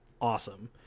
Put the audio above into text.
awesome